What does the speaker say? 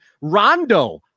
Rondo